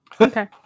Okay